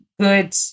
good